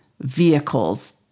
vehicles